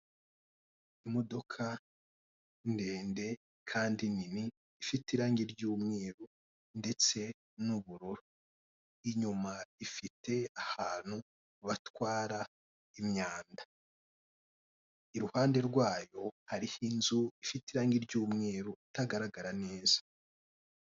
Imodoka ndende kandi nini ifite irange ry'umweru ndetse n'ubururu, inyuma ifite ahantu batwara imyanda iruhande rwayo hariho inzu ifite irange ry'umweru itagaragara neza.